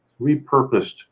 repurposed